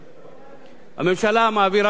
הממשלה מעבירה כמה רפורמות